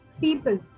people